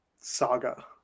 saga